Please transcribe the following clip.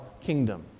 kingdom